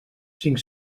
cinc